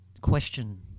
question